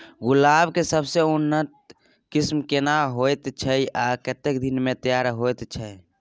गुलाब के सबसे उन्नत किस्म केना होयत छै आ कतेक दिन में तैयार होयत छै?